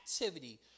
activity